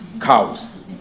cows